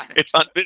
it's um